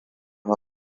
ha